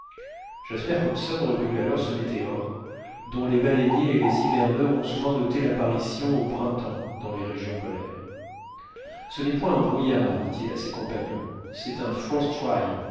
jasper hobson reconnut alors ce météore dont les baleiniers et les hiverneurs ont souvent noté l'apparition au printemps dans les régions polaires ce n'est point un brouillard dit-il à ses compagnons c'est un